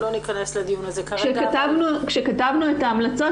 כשכתבנו את ההמלצות,